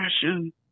passion